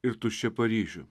ir tuščią paryžių